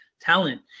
talent